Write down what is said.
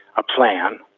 a plan,